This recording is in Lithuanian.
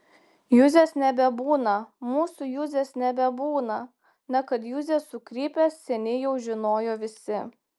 juzės nebebūna mūsų juzės nebebūna na kad juzė sukrypęs seniai jau žinojo visi